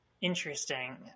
Interesting